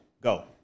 Go